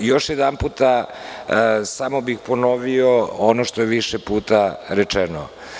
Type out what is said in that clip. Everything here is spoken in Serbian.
Još jednom bih ponovio ono što je više puta rečeno.